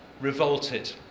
revolted